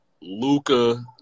Luca